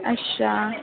अच्छा